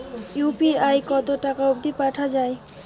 UPI কতো টাকা অব্দি পাঠা যায়?